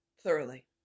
Thoroughly